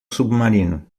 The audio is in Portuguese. submarino